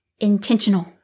Intentional